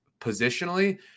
positionally